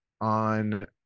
on